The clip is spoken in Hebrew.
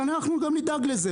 ואנחנו גם נדאג לזה.